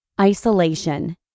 isolation